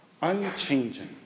unchanging